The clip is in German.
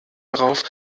darauf